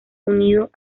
unidos